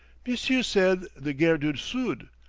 m'sieu' said the gare du sud?